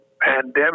pandemic